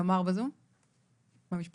תמר בזום, מהמשפטים?